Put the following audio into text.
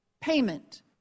payment